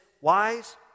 wise